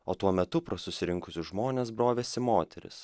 o tuo metu pro susirinkusius žmones brovėsi moteris